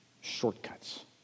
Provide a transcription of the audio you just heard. Shortcuts